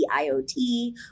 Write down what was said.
IoT